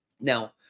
Now